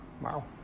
Wow